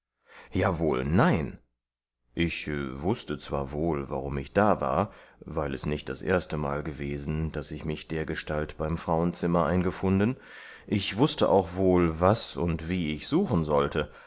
jawohl nein ich wußte zwar wohl warum ich da war weil es nicht das erstemal gewesen daß ich mich dergestalt beim frauenzimmer eingefunden ich wußte auch wohl was und wie ich suchen sollte